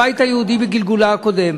הבית היהודי בגלגולה הקודם.